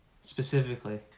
Specifically